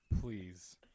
Please